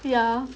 yeah